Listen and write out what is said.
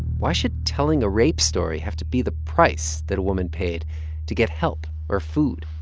why should telling a rape story have to be the price that a woman paid to get help or food?